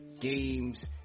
games